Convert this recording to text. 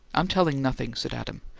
i'm telling nothing, said adam.